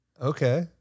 Okay